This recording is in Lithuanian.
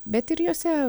bet ir jose